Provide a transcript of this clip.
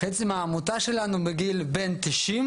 מהאנשים בעמותה שלנו הם בין גיל 90